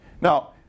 Now